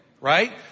Right